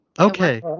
okay